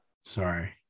Sorry